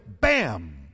Bam